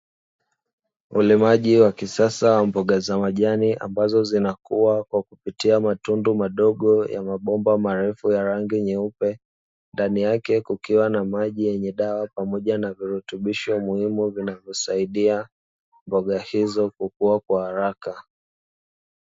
Ulimaji wa kisasa wa mboga za majani ambazo zinakuwa kwa kupitia matundu madogo ya mabomba marefu ya rangi nyeupe, ndani yake kukiwa na maji yenye dawa pamoja na virutubisho muhimu vinavyosaidia mboga hizo kukua kwa haraka.